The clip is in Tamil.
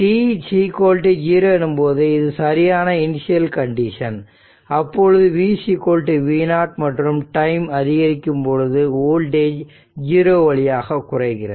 t 0 எனும் பொழுது இது சரியான இனிஷியல் கண்டிஷன் அப்பொழுது v v0 மற்றும் டைம் அதிகரிக்கும் பொழுது வோல்டேஜ் ஜீரோ வழியாக குறைகிறது